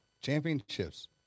championships